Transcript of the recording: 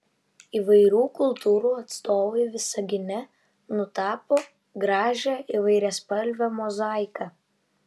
įvairių kultūrų atstovai visagine nutapo gražią įvairiaspalvę mozaiką